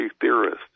theorist